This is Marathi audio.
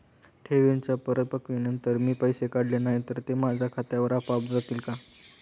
ठेवींच्या परिपक्वतेनंतर मी पैसे काढले नाही तर ते माझ्या खात्यावर आपोआप जातील का?